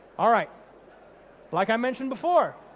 alright like i mentioned before,